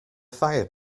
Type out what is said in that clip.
fire